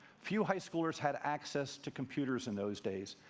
few high schoolers had access to computers in those days.